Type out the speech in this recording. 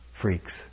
freaks